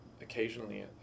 occasionally